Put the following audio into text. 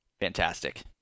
fantastic